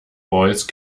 voice